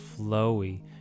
flowy